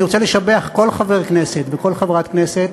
אני רוצה לשבח כל חבר כנסת וכל חברת כנסת